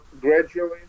gradually